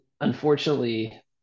unfortunately